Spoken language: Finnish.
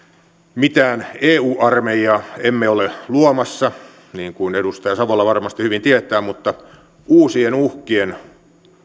mitään eu armeijaa emme ole luomassa niin kuin edustaja savola varmasti hyvin tietää mutta uusien uhkien